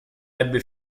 ebbe